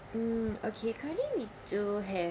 um okay currently we do have